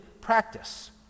practice